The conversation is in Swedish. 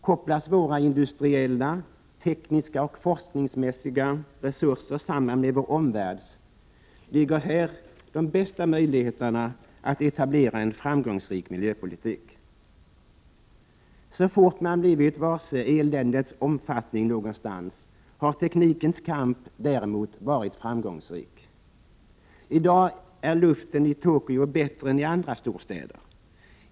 Kopplas våra industriella, tekniska och forskningsmässiga resurser samman med vår omvärlds ligger här de bästa möjligheterna att etablera en framgångsrik miljöpolitik. Så fort man blivit varse eländets omfattning någonstans har teknikens kamp däremot varit framgångsrik. I dag är luften i Tokyo bättre än i andra storstäder.